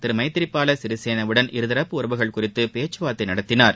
திருமைத்ரிபாலசிறிசேனாவுடன் இருதரப்பு உறவுகள் குறித்துபேச்சுவார்த்தைநடத்தினார்